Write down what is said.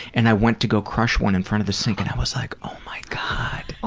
and i went to go crush one in front of the sink, and i was like, oh my god! ah